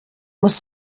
muss